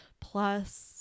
plus